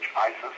ISIS